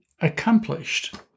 accomplished